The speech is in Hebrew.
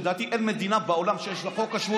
לדעתי, אין מדינה בעולם שיש לה חוק השבות.